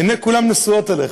עיני כולם נשואות אליך.